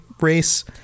race